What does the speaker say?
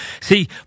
See